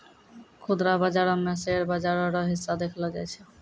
खुदरा बाजारो मे शेयर बाजार रो हिस्सा देखलो जाय छै